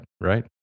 right